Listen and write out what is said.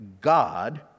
God